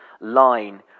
line